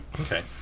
Okay